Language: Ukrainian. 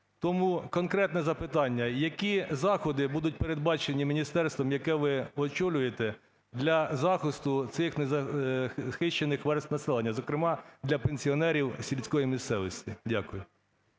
Тому конкретне питання: які заходи будуть передбачені міністерством, яке ви очолюєте, для захисту цих незахищених верств населення, зокрема, для пенсіонерів сільської місцевості? Дякую.